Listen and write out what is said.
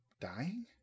dying